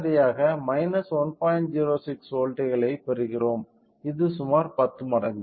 06 வோல்ட்டுகளைப் பெறுகிறோம் இது சுமார் 10 மடங்கு